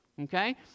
okay